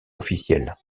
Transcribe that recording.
officielle